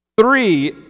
Three